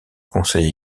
conseil